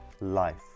life